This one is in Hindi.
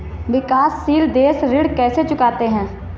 विकाशसील देश ऋण कैसे चुकाते हैं?